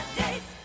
days